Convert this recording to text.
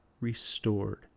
restored